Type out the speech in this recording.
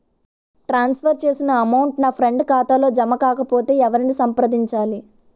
ట్రాన్స్ for చేసిన amount నా friend ఖాతాలో జమ కాకపొతే ఎవరిని సంప్రదించాలి?